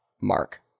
Mark